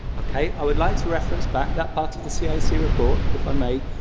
ok, i would like to reference back that part of the cac report, if i may,